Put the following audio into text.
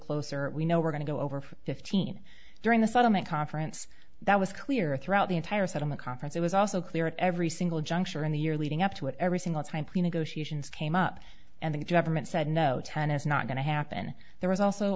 closer we know we're going to go over fifteen during the settlement conference that was clear throughout the entire settlement conference it was also clear at every single juncture in the year leading up to it every single time plea negotiations came up and the government said no ten is not going to happen there was also